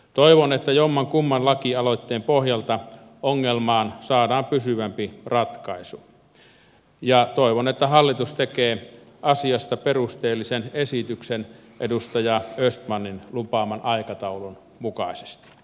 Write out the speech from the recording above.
toivon että jomman kumman lakialoitteen pohjalta ongelmaan saadaan pysyvämpi ratkaisu ja toivon että hallitus tekee asiasta perusteellisen esityksen edustaja östmanin lupaaman aikataulun mukaisesti